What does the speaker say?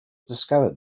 discovered